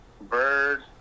Bird